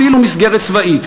אפילו מסגרת צבאית,